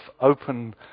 open